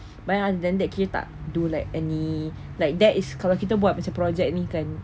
but ah then actually tak do like any like that is kalau kita buat macam project ni kan